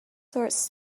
source